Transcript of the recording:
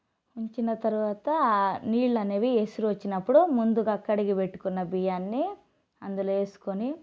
ఉంచిన తర్వాత ఆ నీళ్లనేవి ఎసురు వచ్చినప్పుడు ముందుగా ఆ కడిగి పెట్టుకున్న బియ్యాన్ని అందులో వేసుకొని